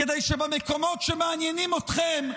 כדי שבמקומות שמעניינים אתכם,